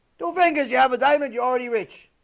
don't fingers you have a diamond you already rich